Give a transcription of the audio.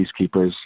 peacekeepers